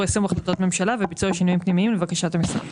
יישום החלטות ממשלה וביצוע שינויים פנימיים לבקשת המשרד.